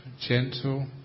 gentle